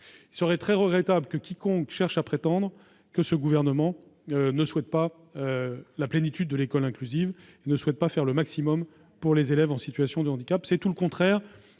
Il serait très regrettable que l'on prétende que ce gouvernement ne souhaite pas la plénitude de l'école inclusive, ne souhaite pas faire le maximum pour les élèves en situation de handicap ; c'est tout le contraire